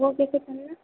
वह कैसे पड़ेगा